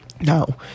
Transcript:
No